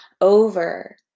over